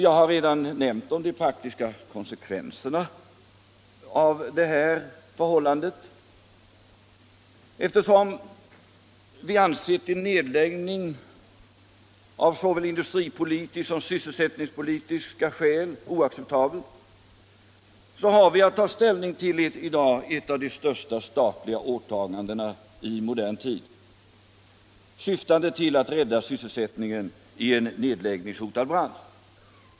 Jag har nämnt de praktiska konsekvenserna av detta förhållande. Eftersom vi ansett en nedläggning oacceptabel av såväl industripolitiska som sysselsättningspolitiska skäl, har vi att ta ställning i dag till ett av de största statliga åtagandena i modern tid, syftande till att rädda sysselsättningen i en nedläggningshotad bransch.